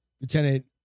Lieutenant